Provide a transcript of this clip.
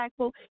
impactful